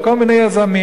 לכל מיני יזמים,